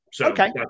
Okay